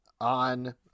on